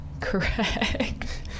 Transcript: correct